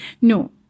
No